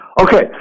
Okay